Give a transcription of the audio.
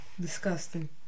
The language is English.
Disgusting